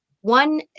One